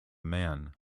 man